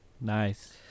Nice